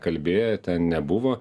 kalbėję ten nebuvo